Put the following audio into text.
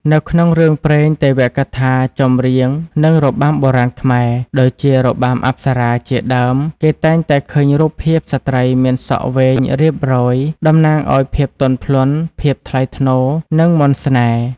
នៅក្នុងរឿងព្រេង ទេវកថា ចម្រៀង និងរបាំបុរាណខ្មែរ ដូចជា របាំអប្សរា ជាដើម គេតែងតែឃើញរូបភាពស្ត្រីមានសក់វែងរៀបរយ តំណាងឱ្យ ភាពទន់ភ្លន់ ភាពថ្លៃថ្នូរ និងមន្តស្នេហ៍។